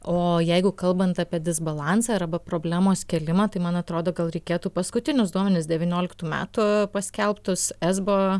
o jeigu kalbant apie disbalansą arba problemos kėlimą tai man atrodo gal reikėtų paskutinius duomenis devynioliktų metų paskelbtus esbo